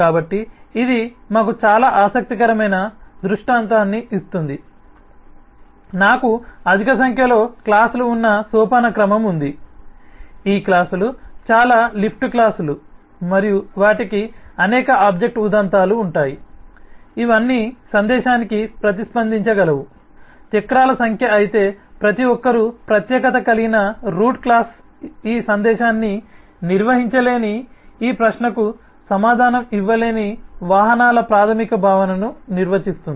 కాబట్టి ఇది మాకు చాలా ఆసక్తికరమైన దృష్టాంతాన్ని ఇస్తుంది నాకు అధిక సంఖ్యలో క్లాస్ లు ఉన్న సోపానక్రమం ఉంది ఈ క్లాస్ లు చాలా లిఫ్ట్ క్లాసులు మరియు వాటికి అనేక ఆబ్జెక్ట్ ఉదంతాలు ఉంటాయి ఇవన్నీ సందేశానికి ప్రతిస్పందించగలవు చక్రాల సంఖ్య అయితే ప్రతి ఒక్కరూ ప్రత్యేకత కలిగిన రూట్ క్లాస్ ఈ సందేశాన్ని నిర్వహించలేని ఈ ప్రశ్నకు సమాధానం ఇవ్వలేని వాహనాల ప్రాథమిక భావనను నిర్వచిస్తుంది